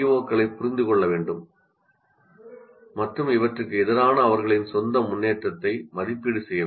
க்களைப் புரிந்து கொள்ள வேண்டும் மற்றும் இவற்றுக்கு எதிரான அவர்களின் சொந்த முன்னேற்றத்தை மதிப்பீடு செய்ய வேண்டும்